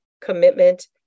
Commitment